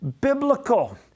biblical